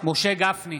משה גפני,